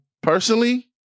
Personally